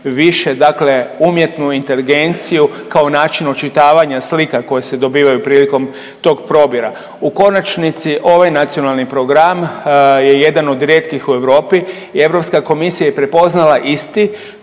dakle umjetnu inteligenciju kao način očitavanja slika koje se dobivaju prilikom tog probira. U konačnici ovaj nacionalni program je jedan od rijetkih u Europi i Europska komisija je prepoznala isti